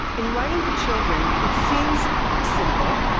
in writing for children, it seems simple,